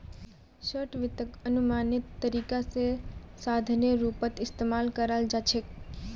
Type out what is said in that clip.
short वित्तक अनुमानित तरीका स साधनेर रूपत इस्तमाल कराल जा छेक